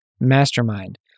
mastermind